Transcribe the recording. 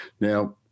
Now